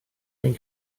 ein